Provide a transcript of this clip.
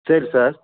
சரி சார்